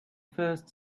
first